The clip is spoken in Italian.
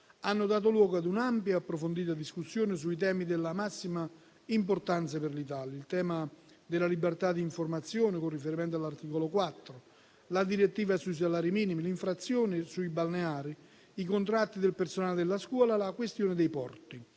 hanno dato luogo ad un'ampia e approfondita discussione su temi della massima importanza per l'Italia: il tema della libertà di informazione (con riferimento all'articolo 4), la direttiva sui salari minimi, l'infrazione sui balneari, i contratti del personale della scuola, la questione dei porti.